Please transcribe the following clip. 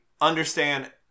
understand